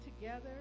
together